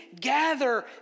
gather